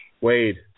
Wade